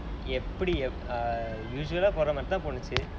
எப்படி இருந்துச்சு:eppadi irunthuchu err usual போற மாரி தான் போனுச்சு:porae maari thaan ponucchu